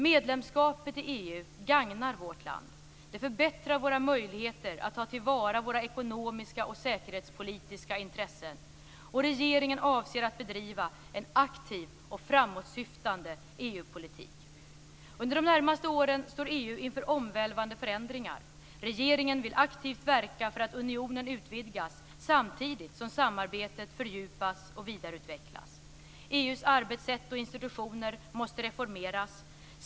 Medlemskapet i EU gagnar vårt land. Det förbättrar våra möjligheter att ta till vara våra ekonomiska och säkerhetspolitiska intressen. Regeringen avser att bedriva en aktiv och framåtsyftande EU-politik. Under de närmaste åren står EU inför omvälvande förändringar. Regeringen vill aktivt verka för att unionen utvidgas samtidigt som samarbetet fördjupas och vidareutvecklas. EU:s arbetssätt och institutioner måste reformeras.